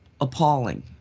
appalling